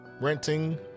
renting